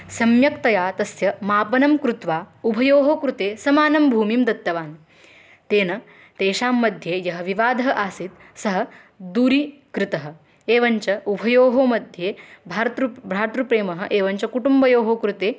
सम्यक्तया तस्य मापनं कृत्वा उभयोः कृते समानं भूमिं दत्तवान् तेन तेषां मध्ये यः विवादः आसीत् सः दूरीकृतः एवञ्च उभयोः मध्ये भार्तृ भ्रातृप्रेम एवञ्च कुटुम्बयोः कृते